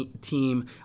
team